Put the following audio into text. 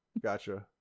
Gotcha